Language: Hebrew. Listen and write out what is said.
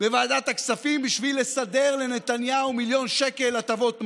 בוועדת הכספים בשביל לסדר לנתניהו מיליון שקל הטבות מס.